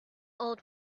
old